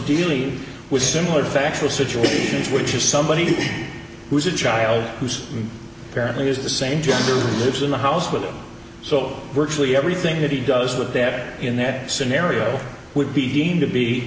dealing with similar factual situations which is somebody who's a child who's apparently is the same gender lives in the house with him so works with everything that he does with there in that scenario would be deemed to be